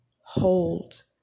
hold